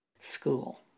school